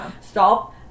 stop